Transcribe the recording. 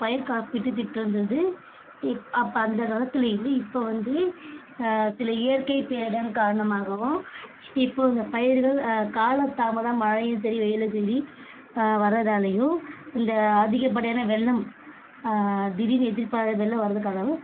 பயிர் காப்பீட்டு திட்டன்றது இப் அப்போ அந்தக்காலத்தில் இல்லை இப்போ வந்து சில இயற்கை பேரிடர் காரணமாகவும் இப்போ இந்த பயிர்கள் காலத்தாமதம் மழையும் சரி வெயிலும் சரி வர்றதாலையும் இந்த அதிகப்படியான வெள்ளம் திடீர் எதிர்பாராத வெள்ளம் வர்றதக்காகவும்